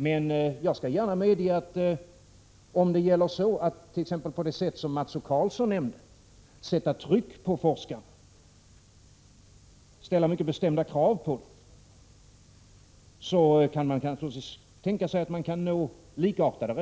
Men genom att — som Mats O Karlsson nämnde — sätta tryck på forskarna och ställa mycket bestämda krav på dem osv. kan man naturligtvis tänka sig att nå likartade